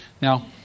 Now